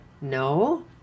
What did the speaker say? no